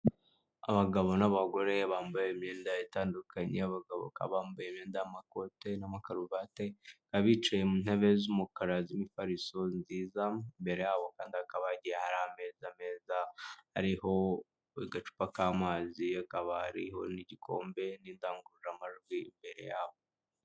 Abagabo n'abagore bambaye imyenda itandukanye, abagabo bakaba bambaye imyenda y'amakoti n'amakaruvati, abicaye mu ntebe z'umukara z'imifariso nziza, imbere yabo kandi hakaba hagiye hari ameza meza, ariho agacupa k'amazi, akaba ariho n'igikombe, n'indangururamajwi imbere yabo.